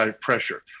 pressure